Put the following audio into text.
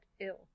ill